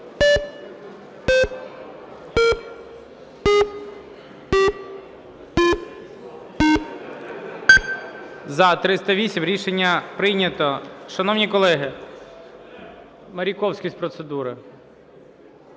За-308 Рішення прийнято. Шановні колеги, Маріковський з процедури.